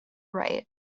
right